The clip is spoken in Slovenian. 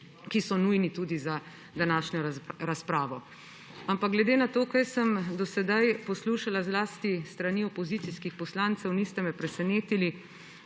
ki so nujni tudi za današnjo razpravo. Glede na to, kaj sem do sedaj poslušala, zlasti s strani opozicijskih poslance –, niste me presenetili.